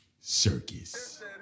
Circus